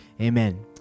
Amen